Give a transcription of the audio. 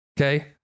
okay